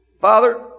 Father